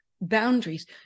boundaries